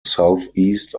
southeast